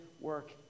work